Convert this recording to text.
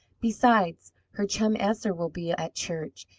besides, her chum esther will be at church,